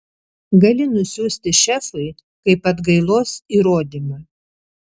gali nusiųsti šefui kaip atgailos įrodymą